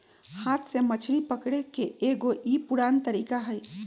हाथ से मछरी पकड़े के एगो ई पुरान तरीका हई